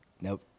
nope